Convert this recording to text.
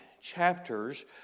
chapters